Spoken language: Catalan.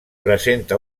presenta